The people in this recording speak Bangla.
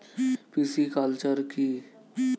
পিসিকালচার কি?